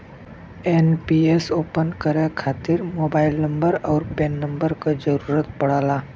NPS open करे खातिर mobile number आउर पैन नंबर क जरुरत पड़ला